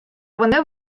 вони